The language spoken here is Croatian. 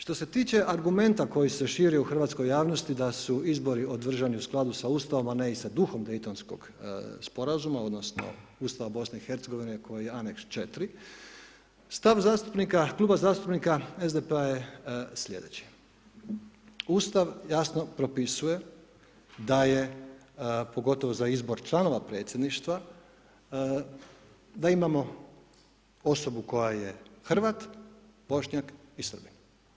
Što se tiče argumenta koji se širi u hrvatskoj javnosti da su izbori održani u skladu sa Ustavom, ali ne i s duhom Dejtonskog sporazuma odnosno Ustava BiH koji je Aneks 4. Stav zastupnika, kluba zastupnika SDP-a je slijedeći, Ustav jasno propisuje da je, pogotovo za izbor članova predsjedništva, da imamo osobu koja je Hrvat, Bošnjak i Srbin.